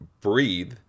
breathe